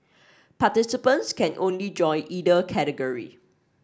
participants can only join either category